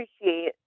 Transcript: appreciate